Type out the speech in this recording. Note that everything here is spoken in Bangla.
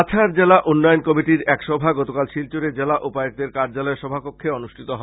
কাছাড় জেলা উন্নয়ন কমিটির এক সভা গতকাল শিলচর জেলা উপায়ক্তের কার্যালয়ের সভাকক্ষে অনুষ্ঠিত হয়